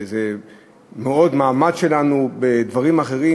זה מעמד שלנו בדברים אחרים,